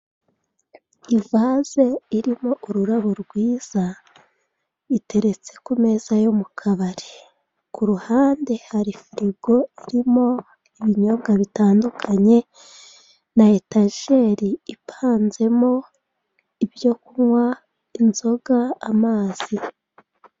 Ivaze irimo ururabo rwiza iteretse ku meza yo mu kabari . Ku ruhande hari furigo irimo ibinyobwa bitandukanye na etajeri ipanzemo ibyo kunywa, inzoga, amazi.